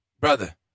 brother